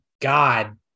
God